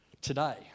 today